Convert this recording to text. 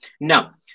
Now